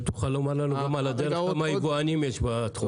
אם תוכל לומר לנו גם כמה יבואנים יש בתחום.